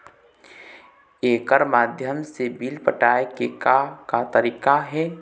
एकर माध्यम से बिल पटाए के का का तरीका हे?